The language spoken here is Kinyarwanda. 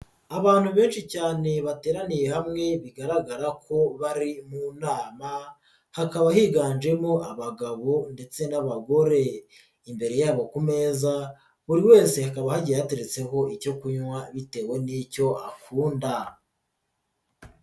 Abantu benshi cyane bateraniye hamwe bigaragara ko bari mu nama, hakaba higanjemo abagabo ndetse n'abagore, imbere yabo ku meza buri wese hakaba hagiye hateretseho icyo kunywa bitewe n'icyo akunda.